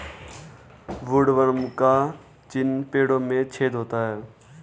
woodworm का चिन्ह पेड़ों में छेद होता है